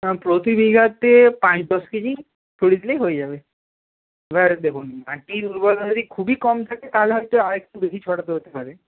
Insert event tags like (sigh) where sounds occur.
(unintelligible) প্রতি বিঘাতে পাঁচ দশ কেজি ছড়িয়ে দিলেই হয়ে যাবে এবার দেখুন মাটির উর্বরতা যদি খুবই কম থাকে তাহলে হয়তো আরেকটু বেশি ছড়াতে হতে পারে